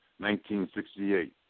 1968